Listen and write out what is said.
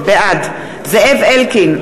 בעד זאב אלקין,